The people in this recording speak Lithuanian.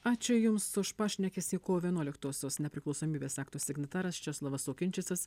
ačiū jums už pašnekesį kovo vienuoliktosios nepriklausomybės akto signataras česlovas okinčicas